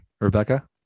Rebecca